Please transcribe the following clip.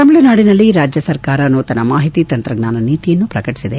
ತಮಿಳುನಾಡಿನಲ್ಲಿಂದು ರಾಜ್ಯ ಸರ್ಕಾರ ನೂತನ ಮಾಹಿತಿ ತಂತ್ರಜ್ಞಾನ ನೀತಿಯನ್ನು ಪ್ರಕಟಿಸಿದೆ